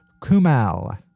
Kumal